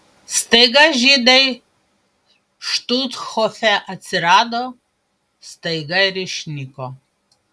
staiga žydai štuthofe atsirado staiga ir išnyko